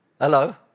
Hello